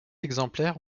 exemplaires